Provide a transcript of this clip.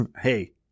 Hey